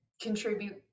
contribute